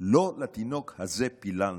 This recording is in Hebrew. לא לתינוק הזה פיללנו,